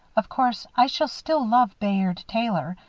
of course i shall still love bayard taylor,